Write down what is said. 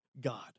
god